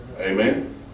Amen